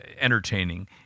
entertaining